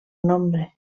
nombre